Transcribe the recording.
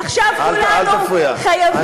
אדוני היושב-ראש, אל תפריע.